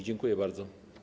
Dziękuję bardzo.